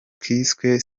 kiswe